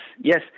yes